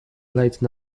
late